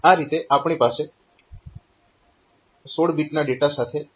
આ રીતે આપણી પાસે 16 બીટ ડેટા સાથે OR ઓપરેશન કરી શકીએ છીએ